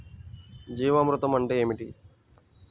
జీవామృతం అంటే ఏమిటి?